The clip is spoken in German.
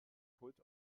pult